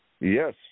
Yes